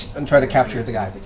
and try to capture the guy but